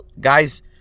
guys